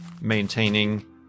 maintaining